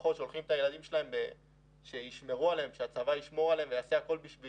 המשפחות שולחות את הילדים כדי שהצבא ישמור עליהם ויעשה הכול כדי